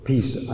Peace